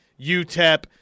UTEP